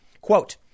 Quote